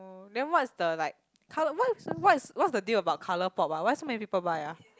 oh then what's the like colour what's what's what's the thing about colour pop ah why so many people buy ah